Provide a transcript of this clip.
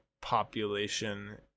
population